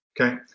Okay